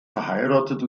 verheiratet